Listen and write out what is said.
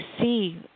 see